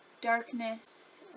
darkness